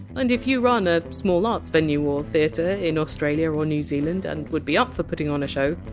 and if you run a small arts venue or theatre in australia or or new zealand and would be up for putting on a show,